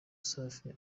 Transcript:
safi